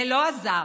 זה לא עזר.